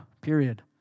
period